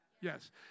yes